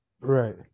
Right